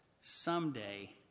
Someday